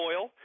oil